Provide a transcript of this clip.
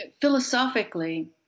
philosophically